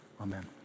Amen